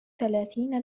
ثلاثين